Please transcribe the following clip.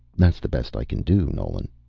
that's the best i can do, nolan.